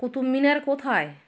কুতুবমিনার কোথায়